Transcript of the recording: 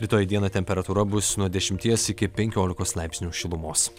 rytoj dieną temperatūra bus nuo dešimties iki penkiolikos laipsnių šilumos